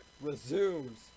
resumes